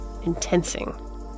intensing